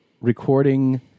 recording